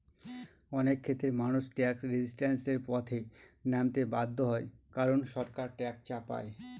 অনেক ক্ষেত্রেই মানুষ ট্যাক্স রেজিস্ট্যান্সের পথে নামতে বাধ্য হয় কারন সরকার ট্যাক্স চাপায়